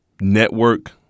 network